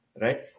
right